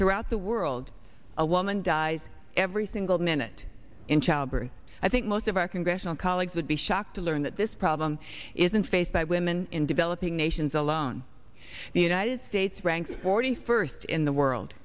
throughout the world a woman dies every single minute in childbirth i think most of our congressional colleagues would be shocked to learn that this problem isn't faced by women in developing nations alone the united states ranks forty first in the world